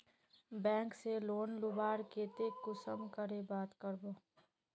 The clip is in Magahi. बैंक से लोन लुबार केते कुंसम करे बात करबो?